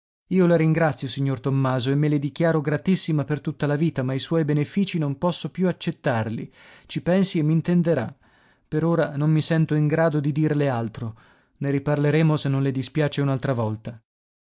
io la ringrazio signor tommaso e me le dichiaro gratissima per tutta la vita ma i suoi beneficii non posso più accettarli ci pensi e m'intenderà per ora non mi sento in grado di dirle altro ne riparleremo se non le dispiace un'altra volta